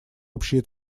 общие